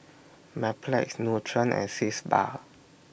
Mepilex Nutren and Sitz Bath